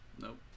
Nope